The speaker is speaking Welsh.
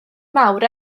mawr